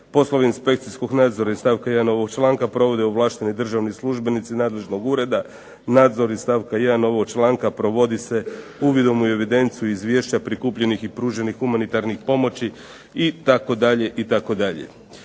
Poslovi inspekcijskog nadzora iz stavka 1. ovog članka provode ovlašteni državni službenici nadležnog ureda. Nadzor iz stavka 1. ovog članka provodi se uvidom u evidenciju izvješća prikupljenih i pruženih humanitarnih pomoći itd.